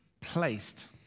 placed